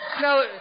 Now